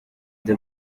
the